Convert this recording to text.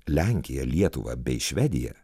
lenkiją lietuvą bei švediją